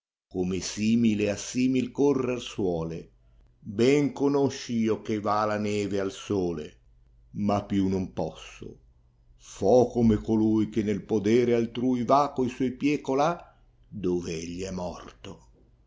come simile a simil correr suole ben conosc io che va la neve al sole ma più non posso fo come colui che nel podere altrui ta co suoi pie colà dove egli è morto